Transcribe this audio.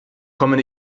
kommen